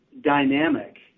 dynamic